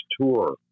tour